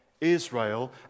Israel